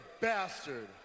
bastard